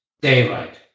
daylight